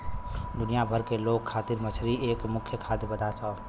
दुनिया भर के लोग खातिर मछरी एक मुख्य खाद्य पदार्थ हौ